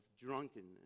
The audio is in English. drunkenness